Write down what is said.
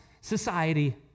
society